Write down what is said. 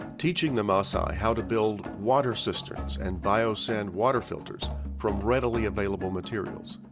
teaching the maasai how to build water cisterns and bio-sand water filters from readily available materials.